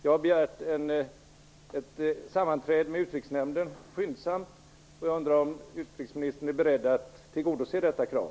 Jag har begärt ett sammanträde med Utrikesnämnden skyndsamt, och jag undrar om utrikesministern är beredd att tillgodose detta krav.